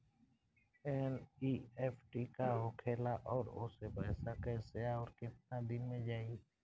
NEFT का होखेला और ओसे पैसा कैसे आउर केतना दिन मे जायी?